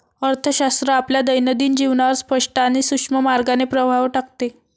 अर्थशास्त्र आपल्या दैनंदिन जीवनावर स्पष्ट आणि सूक्ष्म मार्गाने प्रभाव टाकते